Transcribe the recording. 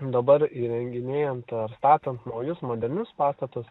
dabar įrenginėjant ar statant naujus modernius pastatus